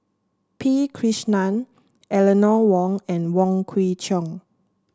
P Krishnan Eleanor Wong and Wong Kwei Cheong